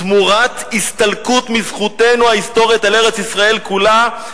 "תמורת הסתלקות מזכותנו ההיסטורית על ארץ-ישראל כולה,